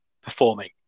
performing